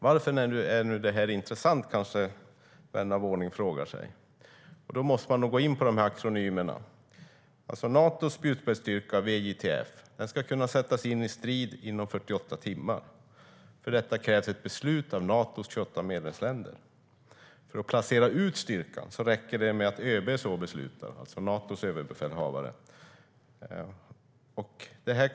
Varför är då detta intressant, kanske vän av ordning frågar sig. Då måste man nog gå in på de olika akronymerna. Natos spjutspetsstyrka, VJTF, ska kunna sättas in i strid inom 48 timmar. För detta krävs ett beslut av Natos 28 medlemsländer. För att placera ut styrkan räcker det med att Natos överbefälhavare så beslutar.